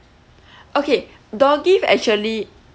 okay door gift actually